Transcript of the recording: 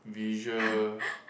visual